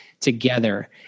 together